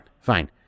fine